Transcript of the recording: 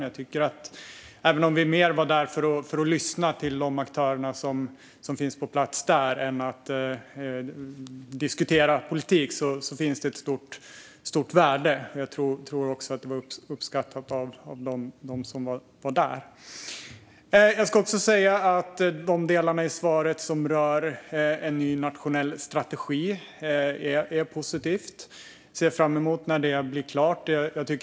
Jag tror att det fanns ett stort värde i det även om vi var där snarare för att lyssna till de aktörer som fanns på plats än för att diskutera politik. Jag tror också att det var uppskattat av dem som var där. De delar av svaret som rör en ny nationell strategi är positiva. Jag ser fram emot att det ska bli klart.